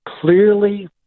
clearly